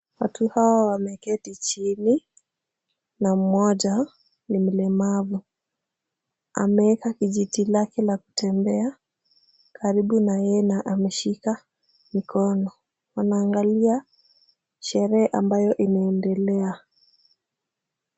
Watu hao wameketi chini. Na mmoja ni mlemavu. Ameeka kijiti chake cha kutembea karibu na yeye na ameshika mikono. Wanaangalia sherehe ambayo inaendelea.